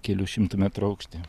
kelių šimtų metrų aukštyje